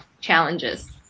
challenges